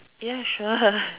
ya sure